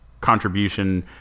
contribution